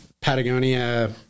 Patagonia